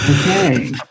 Okay